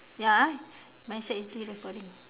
ya my side is still recording